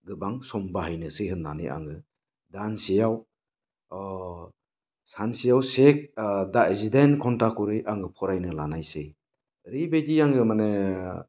गोबां सम बाहायनोसै होन्नानै आङो दानसेयाव सानसेयाव से जिदाइन घन्टा करि आं फरायनो लानायसै ओरैबायदि आङो माने